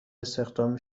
استخدام